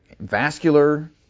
vascular